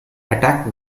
attacked